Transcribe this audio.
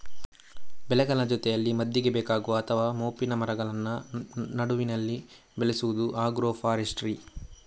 ಬೆಳೆಗಳ ಜೊತೆಯಲ್ಲಿ ಮದ್ದಿಗೆ ಬೇಕಾಗುವ ಅಥವಾ ಮೋಪಿನ ಮರಗಳನ್ನ ನಡುವಿನಲ್ಲಿ ಬೆಳೆಸುದು ಆಗ್ರೋ ಫಾರೆಸ್ಟ್ರಿ